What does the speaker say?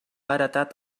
heretat